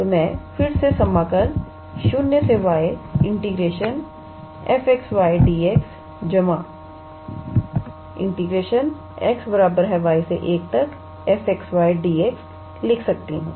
तो मैं फिर से समाकल 0y𝑓𝑥 𝑦𝑑𝑥 xy1𝑓𝑥 𝑦𝑑𝑥 लिख सकती हूं